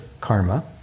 karma